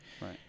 Right